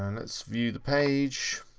and let's view the page.